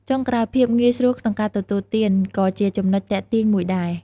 ចុងក្រោយ ភាពងាយស្រួលក្នុងការទទួលទាន ក៏ជាចំណុចទាក់ទាញមួយដែរ។